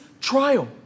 trial